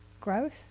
growth